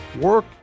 work